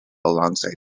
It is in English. alongside